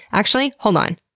actually, hold on.